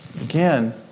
Again